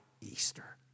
Easter